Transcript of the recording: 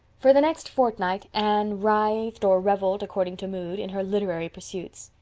for the next fortnight anne writhed or reveled, according to mood, in her literary pursuits.